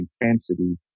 intensity